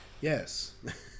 Yes